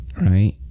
right